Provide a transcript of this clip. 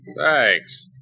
Thanks